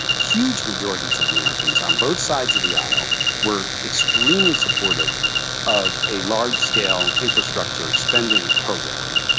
huge majorities of americans on both sides of the aisle were extremely supportive of a large scale infrastructure spending program.